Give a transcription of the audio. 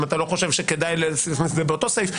אם אתה לא חושב שכדאי להכניס את זה באותו סעיף.